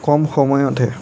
কম সময়তে